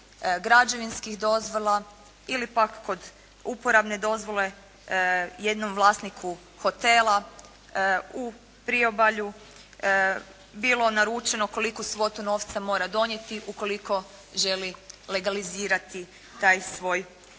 građevinskih dozvola ili pak kod uporabne dozvole jednom vlasniku hotela u priobalju bilo naručeno koliku svotu novca mora donijeti ukoliko želi legalizirati taj svoj